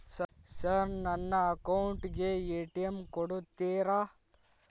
Sir ನನ್ನ account ಗೆ ATM ಕೊಡುತ್ತೇರಾ?